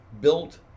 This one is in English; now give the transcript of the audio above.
built